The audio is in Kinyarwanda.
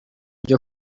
ryo